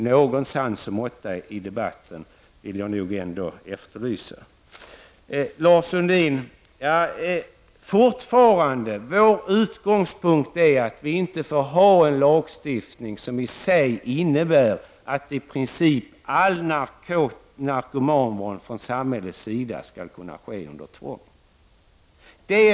Någon sans och måtta i debatten efterlyses! Vår utgångspunkt är fortfarande, Lars Sundin, att lagstiftningen i sig inte skall innebära att i princip all samhällelig narkomanvård måste ske under tvång.